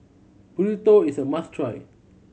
burrito is a must try